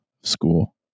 school